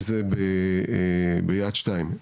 אם זה למשל באתר יד שתיים,